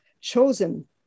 chosen